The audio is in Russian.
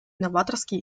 новаторские